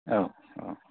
औ औ